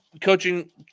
coaching